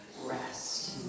rest